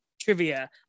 trivia